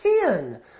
ten